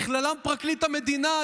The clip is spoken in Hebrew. בכללם פרקליט המדינה,